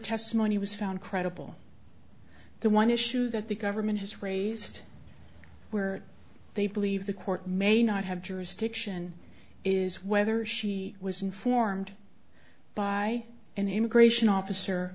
testimony was found credible the one issue that the government has raised where they believe the court may not have jurisdiction is whether she was informed by an immigration officer